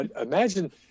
imagine